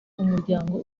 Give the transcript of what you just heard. umuryango